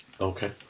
Okay